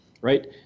right